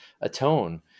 atone